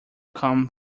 come